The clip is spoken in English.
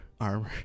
armor